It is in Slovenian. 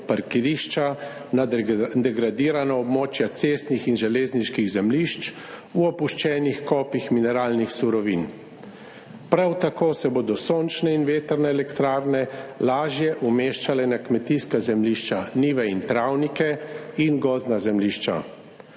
parkirišča, na degradirana območja cestnih in železniških zemljišč, v opuščenih kopih mineralnih surovin. Prav tako se bodo sončne in vetrne elektrarne lažje umeščale na kmetijska zemljišča, njive in travnike in gozdna zemljišča.